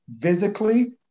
physically